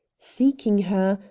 seeking her,